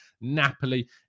Napoli